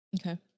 Okay